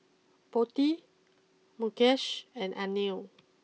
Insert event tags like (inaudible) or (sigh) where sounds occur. Potti Mukesh and Anil (noise)